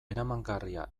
eramangarria